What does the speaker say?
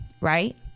right